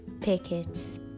pickets